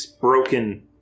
broken